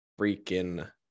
freaking